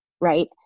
right